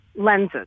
lenses